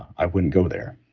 i wouldn't go there